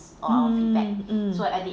mmhmm hmm